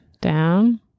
down